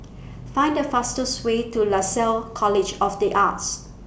Find The fastest Way to Lasalle College of The Arts